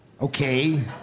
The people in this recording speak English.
Okay